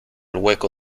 hueco